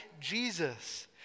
Jesus